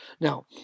Now